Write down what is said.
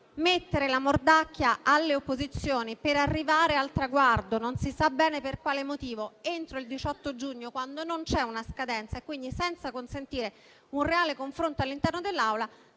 mettere la mordacchia alle opposizioni per arrivare al traguardo - non si sa bene per quale motivo - entro il 18 giugno, quando non c'è una scadenza, quindi senza consentire un reale confronto all'interno dell'Aula,